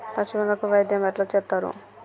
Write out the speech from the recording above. పశువులకు వైద్యం ఎట్లా చేత్తరు?